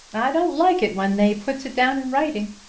i don't like it when they puts it down in writing.